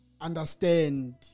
understand